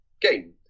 game